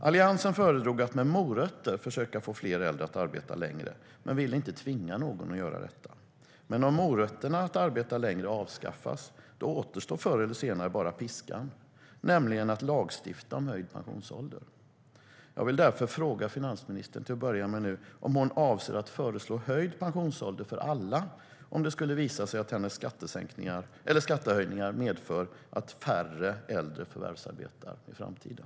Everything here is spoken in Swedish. Alliansen föredrog att med morötter försöka att få fler äldre att arbeta längre, men ville inte tvinga någon till det. Men om morötterna för att arbeta längre avskaffas, då återstår förr eller senare bara piskan, nämligen att lagstifta om höjd pensionsålder. Jag vill därför fråga finansministern om hon avser att föreslå höjd pensionsålder för alla, om det skulle visa sig att hennes skattehöjningar medför att färre äldre förvärvsarbetar i framtiden.